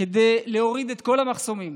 כדי להסיר את כל המחסומים,